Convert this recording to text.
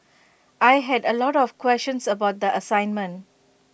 I had A lot of questions about the assignment